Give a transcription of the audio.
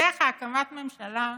בדרך כלל הקמת ממשלה,